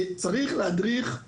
צריך להדריך כך